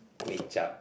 kway-zhap